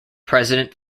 president